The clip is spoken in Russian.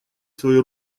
свои